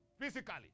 Physically